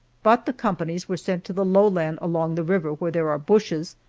but the companies were sent to the lowland along the river, where there are bushes,